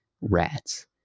rats